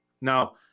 now